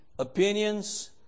opinions